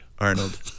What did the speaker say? Arnold